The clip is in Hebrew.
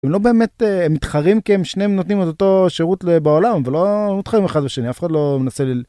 לא באמת מתחרים, כי הם שניהם נותנים אותו שירות בעולם, ולא נותנים אחד לשני אף אחד לא מנסה.